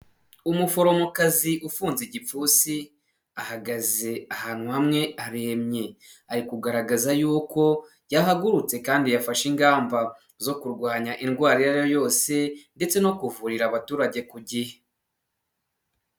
Umuforomokazi ufunze igipfunsi ahagaze ahantu hamwe aremye ari kugaragaza yuko yahagurutse kandi yafashe ingamba zo kurwanya indwara iyo ari yo yose ndetse no kuvurira abaturage ku gihe.